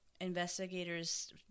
investigators